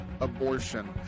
abortion